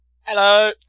Hello